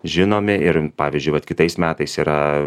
žinomi ir pavyzdžiui vat kitais metais yra